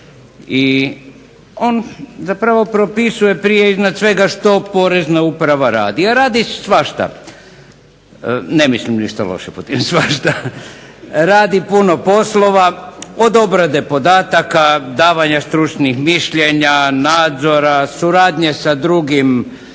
i on zapravo propisuje prije iznad svega što Porezna uprava radi, a radi svašta. Ne mislim ništa loše pod tim svašta. Radi puno poslova od obrade podataka, davanja stručnih mišljenja, nadzora, suradnje sa drugim